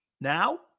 now